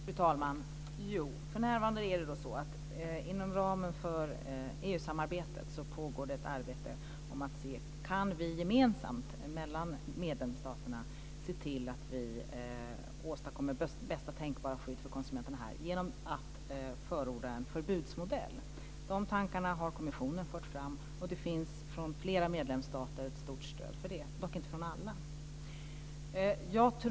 Fru talman! För närvarande pågår det inom ramen för EU-samarbetet ett arbete som går ut på att se om vi gemensamt mellan medlemsstaterna kan åstadkomma bästa tänkbara skydd för konsumenterna genom att förorda en förbudsmodell. De tankarna har kommissionen fört fram, och det finns ett stort stöd för detta från flera medlemsstater - dock inte från alla.